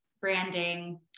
branding